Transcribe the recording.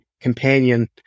companion